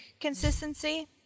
consistency